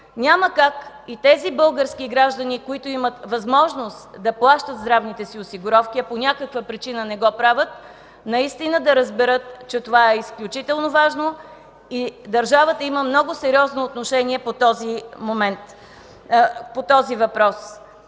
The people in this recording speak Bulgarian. няма как и тези български граждани, които имат възможност да плащат здравните си осигуровки, а по някаква причина не го правят, да разберат, че това е изключително важно и държавата има много сериозно отношение по този въпрос.